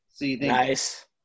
nice